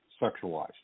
sexualized